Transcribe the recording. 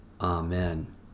Amen